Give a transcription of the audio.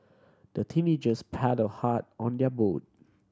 the teenagers paddle hard on their boat